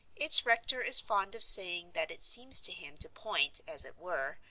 its rector is fond of saying that it seems to him to point, as it were,